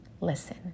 Listen